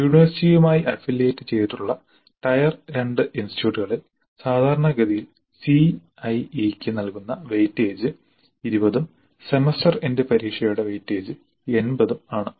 യൂണിവേഴ്സിറ്റിയുമായി affiliate ചെയ്തിട്ടുള്ള tier 2 ഇൻസ്റ്റിറ്റ്യൂട്ടുകളിൽ സാധാരണഗതിയിൽ സിഐഇയ്ക്ക് നൽകുന്ന വെയിറ്റേജ് 20 ഉം സെമസ്റ്റർ എൻഡ് പരീക്ഷയുടെ വെയിറ്റേജ് 80 ഉം ആണ്